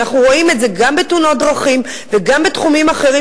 אנחנו רואים את זה גם בתאונות דרכים וגם בתחומים אחרים,